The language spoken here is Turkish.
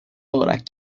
olarak